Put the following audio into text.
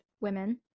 women